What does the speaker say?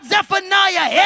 Zephaniah